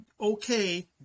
okay